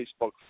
Facebook